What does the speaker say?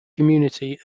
community